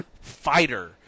fighter